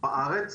בארץ